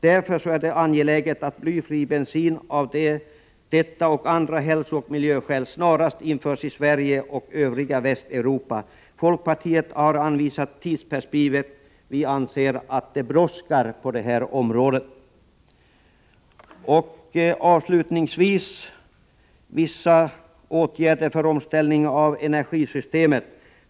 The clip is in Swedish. Det är angeläget att blyfri bensin — av detta och av andra hälsooch miljöskäl — snarast införs i Sverige och övriga Västeuropa. Folkpartiet har anvisat tidsperspektivet. Vi anser att det brådskar på det här området. Sedan till vissa åtgärder för omställning av energisystemet.